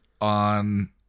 on